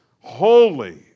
holy